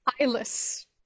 Eyeless